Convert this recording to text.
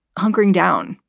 hunkering down,